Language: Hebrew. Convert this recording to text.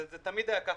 זה תמיד היה כך,